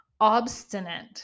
obstinate